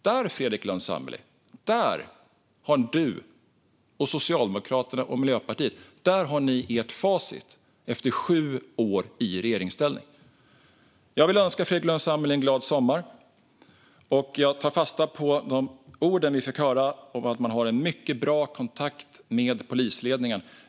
Där har Fredrik Lundh Sammeli och Socialdemokraterna och Miljöpartiet sitt facit, efter sju år i regeringsställning. Jag vill önska Fredrik Lundh Sammeli en glad sommar. Jag tar fasta på orden vi fick höra om att man har en mycket bra kontakt med polisledningen.